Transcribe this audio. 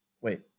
Wait